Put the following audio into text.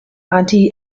anti